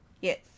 yes